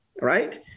right